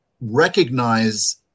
recognize